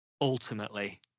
ultimately